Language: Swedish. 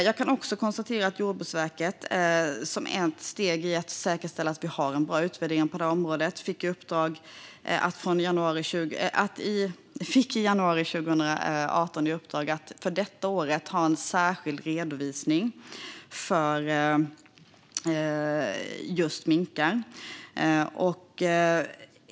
Jag kan också konstatera att Jordbruksverket, som ett steg i att säkerställa att vi har en bra utvärdering på området, i januari 2018 fick i uppdrag att för det året ha en särskild redovisning för just minkar.